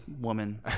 woman